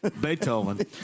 Beethoven